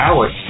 Alex